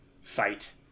fight